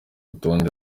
rutonde